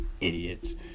idiots